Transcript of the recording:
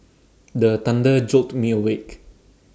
the thunder jolt me awake